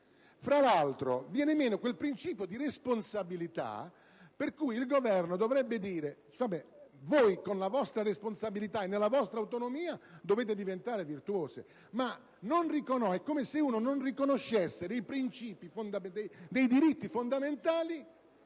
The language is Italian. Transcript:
Fra l'altro, viene meno quel principio di responsabilità per cui il Governo dovrebbe invece invitarle, nella loro responsabilità e nella loro autonomia, a diventare virtuose. È come se non si riconoscessero dei diritti fondamentali